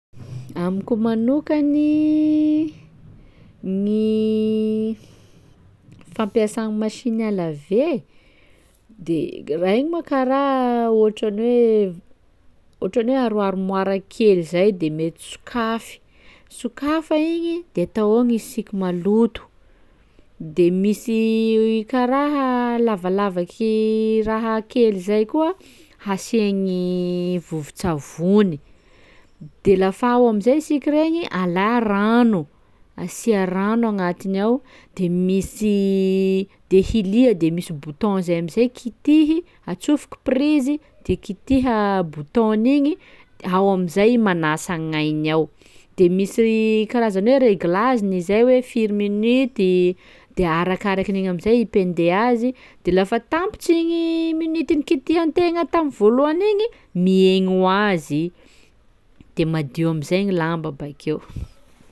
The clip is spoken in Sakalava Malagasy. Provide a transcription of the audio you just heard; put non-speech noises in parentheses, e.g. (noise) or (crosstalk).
Amiko manokany gny (hesitation) f- fampiasa machine à laver de raha igny ma karaha ohatran'ny hoe- ohatran'ny hoe aroaromoara kely zay de mety sokafy, sokafa igny de atao ao gny siky maloto, de misy karaha lavalavaky raha kely zay koa hasia gny vovon-tsavony, de lafa ao am'izay siky regny alà rano, asia rano agnatiny ao de misy de hilia de misy bouton zay am'izay kitihy, atsofoko prizy de kitiha bouton-n'igny de ao am'izay manasa agnainy... ao, de misy karazany hoe reglageny izay hoe firy minuty de arakarakin'igny am'izay ipende azy de lafa tampitsy igny minuty nikitihan-tegna tamin'ny voalohany igny mihegny ho azy i de madio am'izay gny lamba abakeo.